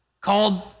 called